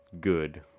good